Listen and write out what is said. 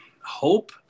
hope